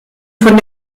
von